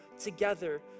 together